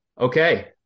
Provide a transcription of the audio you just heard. Okay